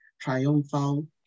triumphal